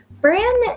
brand